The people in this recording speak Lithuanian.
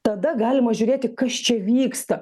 tada galima žiūrėti kas čia vyksta